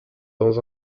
dans